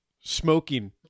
smoking